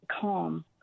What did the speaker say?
calm